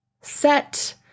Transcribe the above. Set